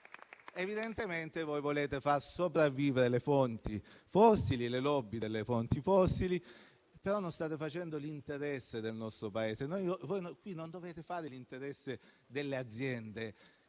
Evidentemente voi volete far sopravvivere le fonti fossili, le *lobby* delle fonti fossili, ma non state facendo l'interesse del nostro Paese. Voi qui non dovete fare l'interesse delle aziende